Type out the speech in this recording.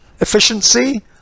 efficiency